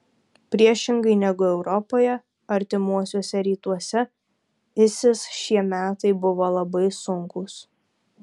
priešingai negu europoje artimuosiuose rytuose isis šie metai buvo labai sunkūs